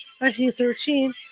1913